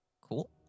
Cool